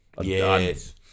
yes